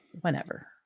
whenever